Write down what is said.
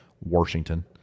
Washington